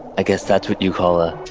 i guess that's what you'd call, ah.